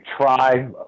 try